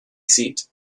seat